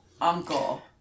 uncle